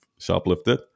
shoplifted